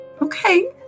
okay